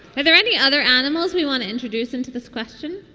are there any other animals we want to introduce into this question